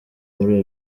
muri